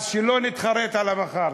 אז, שלא נתחרט על המחר.